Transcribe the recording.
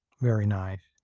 very nice.